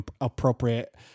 appropriate